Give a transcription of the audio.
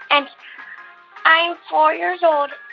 and i'm four years old.